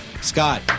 Scott